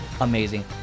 amazing